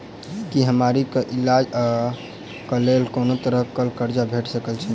की बीमारी कऽ इलाज कऽ लेल कोनो तरह कऽ कर्जा भेट सकय छई?